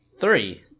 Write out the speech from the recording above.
three